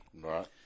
Right